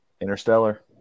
Interstellar